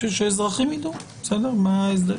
חשוב שאזרחים יידעו מה ההסדר.